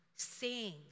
sing